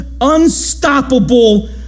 unstoppable